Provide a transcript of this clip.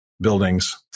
buildings